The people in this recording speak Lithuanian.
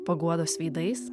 paguodos veidais